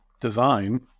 design